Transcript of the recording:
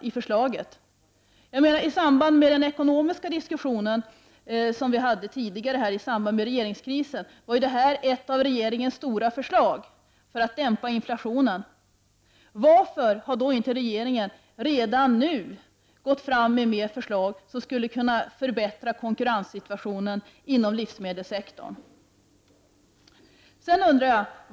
I samband med den ekonomiska diskussionen som vi förde tidigare under regeringskrisen var detta ett av regeringens stora förslag för att dämpa inflationen. Varför har inte regeringen redan nu gått fram med fler förslag som skulle kunna förbättra konkurrenssituationen inom livsmedelssektorn?